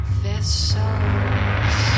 vessels